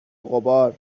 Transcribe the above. غبار